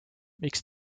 miks